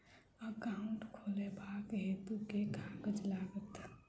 Account खोलाबक हेतु केँ कागज लागत?